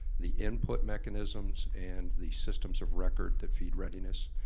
the input mechanisms and the systems of record that feed readiness?